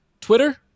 Twitter